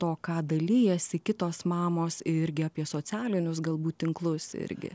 to ką dalijasi kitos mamos irgi apie socialinius galbūt tinklus irgi